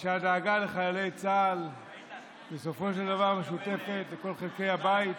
ושהדאגה לחיילי צה"ל בסופו של דבר משותפת לכל חלקי הבית.